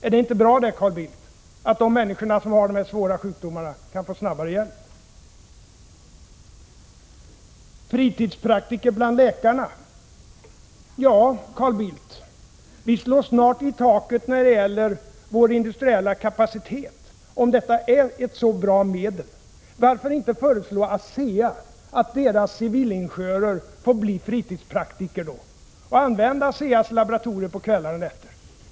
Är det inte bra, Carl Bildt, att de människor som har sådana svåra sjukdomar kan få snabbare hjälp? Fritidspraktiker bland läkarna. Ja, Carl Bildt, vi slår snart i taket när det gäller vår industriella kapacitet. Om detta är ett så pass bra medel kunde man ju föreslå ASEA att deras civilingenjörer får bli fritidspraktiker. De kan ju använda ASEA:s laboratorier på kvällar och nätter.